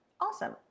awesome